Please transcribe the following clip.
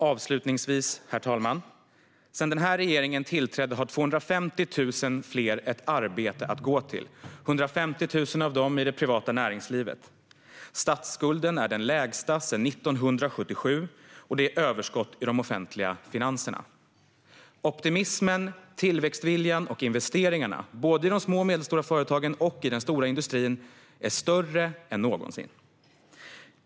Avslutningsvis, herr talman: Sedan den här regeringen tillträdde har 250 000 fler ett arbete att gå till - 150 000 av dem i det privata näringslivet. Statsskulden är den lägsta sedan 1977, och det är överskott i de offentliga finanserna. Optimismen, tillväxtviljan och investeringarna - både i de små och medelstora företagen och i den stora industrin - är större än någonsin.